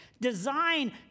Design